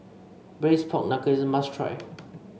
Braised Pork Knuckle is a must try